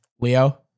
Leo